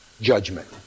judgment